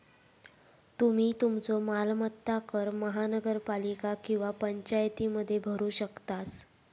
तुम्ही तुमचो मालमत्ता कर महानगरपालिका किंवा पंचायतीमध्ये भरू शकतास